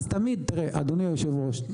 אדוני היושב-ראש,